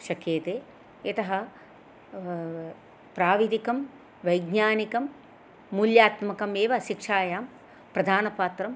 शक्यते यतः प्राविदिकं वैज्ञानिकं मूल्यात्मकमेव शिक्षायां प्रधानपात्रं